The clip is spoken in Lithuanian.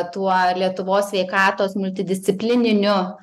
tuo lietuvos sveikatos multidisciplininiu